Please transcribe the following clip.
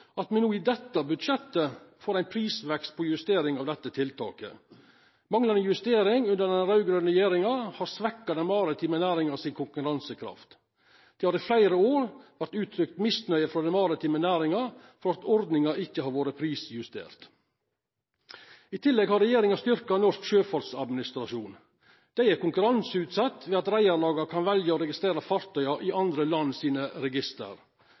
at me no i dette budsjettet får ei prisvekstjustering på dette tiltaket. Manglande justering under den raud-grøne regjeringa har svekt den maritime næringa si konkurransekraft. Det har i fleire år vore uttrykt misnøye frå den maritime næringa med at ordninga ikkje har vore prisjustert. I tillegg har regjeringa styrkt norsk sjøfartsadministrasjon. Dei er konkurranseutsette ved at reiarlaga kan velja å registrera fartøya i andre land sine register.